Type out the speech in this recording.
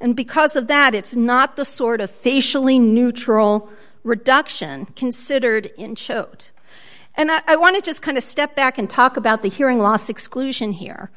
and because of that it's not the sort of facially neutral reduction considered inchoate and i want to just kind of step back and talk about the hearing loss exclusion here